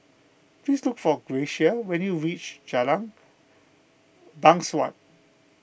please look for Gracia when you reach Jalan Bangsawan